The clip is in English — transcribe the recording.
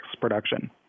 production